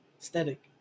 aesthetic